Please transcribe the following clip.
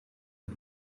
las